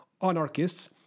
anarchists